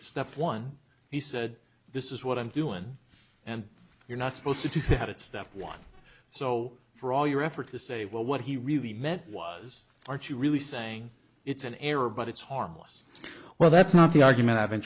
stuff one he said this is what i'm doing and you're not supposed to read it stuff want so for all your effort to say well what he really meant was aren't you really saying it's an error but it's harmless well that's not the argument i've been